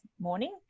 morning